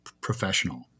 Professional